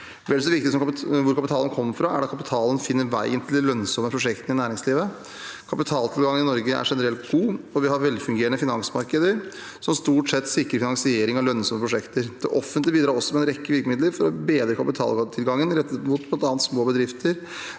Vel så viktig som hvor kapitalen kommer fra, er det at kapitalen finner veien til de lønnsomme prosjektene i næringslivet. Kapitaltilgangen i Norge er generelt god, og vi har velfungerende finansmarkeder som stort sett sikrer finansiering av lønn somme prosjekter. Det offentlige bidrar også med en rekke virkemidler for å bedre kapitaltilgangen rettet mot bl.a. små bedrifter,